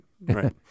Right